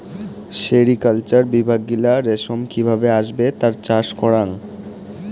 sericulture বিভাগ গিলা রেশম কি ভাবে আসবে তার চাষ করাং